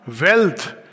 wealth